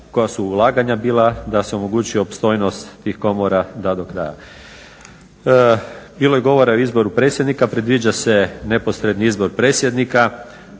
Hvala vam